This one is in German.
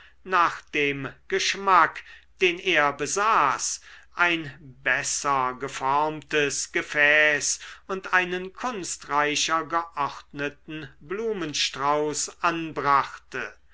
nach dem geschmack den er besaß ein besser geformtes gefäß und einen kunstreicher geordneten blumenstrauß anbrachte